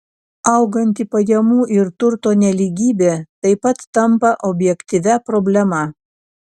auganti pajamų ir turto nelygybė taip pat tampa objektyvia problema